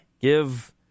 Give